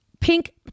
pink